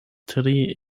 tri